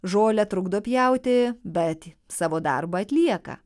žolę trukdo pjauti bet savo darbą atlieka